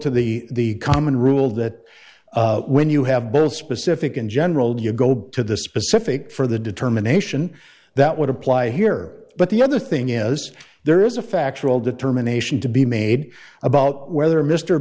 go to the common rule that when you have been specific in general do you go to the specific for the determination that would apply here but the other thing is there is a factual determination to be made about whether mr